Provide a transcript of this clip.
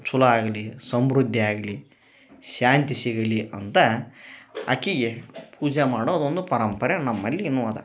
ಚಲೋ ಆಗಲಿ ಸಮೃದ್ಧಿ ಆಗಲಿ ಶಾಂತಿ ಸಿಗಲಿ ಅಂತ ಆಕಿಗೆ ಪೂಜೆ ಮಾಡೋದು ಒಂದು ಪರಂಪರೆ ನಮ್ಮಲ್ಲಿ ಇನ್ನು ಅದ